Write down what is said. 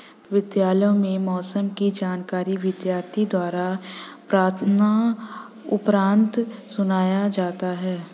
विद्यालयों में मौसम की जानकारी विद्यार्थियों द्वारा प्रार्थना उपरांत सुनाया जाता है